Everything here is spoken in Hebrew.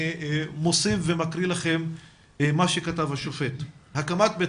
אני מוסיף ומקריא לכם מה שכתב השופט: "הקמת בית